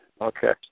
Okay